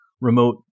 remote